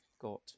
got